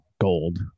gold